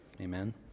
Amen